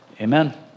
amen